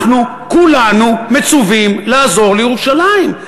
אנחנו, כולנו, מצווים לעזור לירושלים.